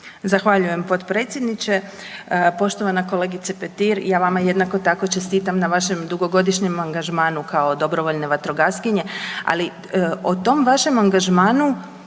Zahvaljujem potpredsjedniče. Poštovana kolegice Petir, ja vama jednako tako čestitam na vašem dugogodišnjem angažmanu kao dobrovoljne vatrogaskinje, ali o tom vašem angažmanu